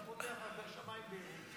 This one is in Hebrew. אתה פותח והשמיים בהירים,